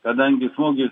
kadangi smūgis